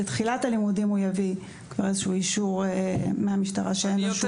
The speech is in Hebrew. בתחילת הלימודים הוא יביא אישור מהמשטרה על כך